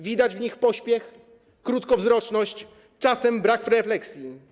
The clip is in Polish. Widać w nich pośpiech, krótkowzroczność, czasem brak refleksji.